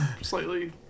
slightly